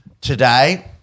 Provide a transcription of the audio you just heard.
Today